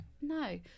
No